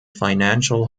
financial